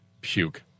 Puke